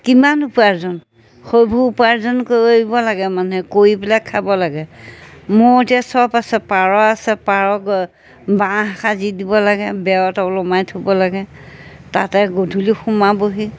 কিমান উপাৰ্জন সেইবোৰ উপাৰ্জন কৰিব লাগে মানুহে কৰি পেলাই খাব লাগে মোৰ এতিয়া চব আছে পাৰ আছে পাৰ বাঁহ সাজি দিব লাগে বেৰত ওলোমাই থ'ব লাগে তাতে গধূলি সোমাবহি